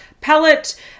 palette